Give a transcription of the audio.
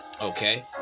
Okay